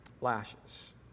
lashes